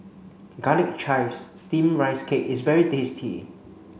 garlic chives steamed rice cake is very tasty